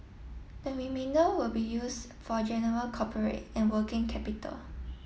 the remainder will be used for general corporate and working capital